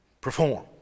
perform